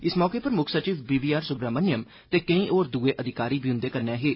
इस मौके उप्पर मुक्ख सचिव बी वी आर सुब्रह्ममणयम ते केई होर दूए अधिकारी बी उन्दे कन्नै हे